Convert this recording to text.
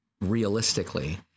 realistically